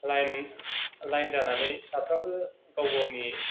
line line जानानै साफ्रामबो गाव गावनि